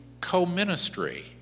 co-ministry